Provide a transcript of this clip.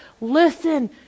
Listen